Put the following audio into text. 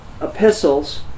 epistles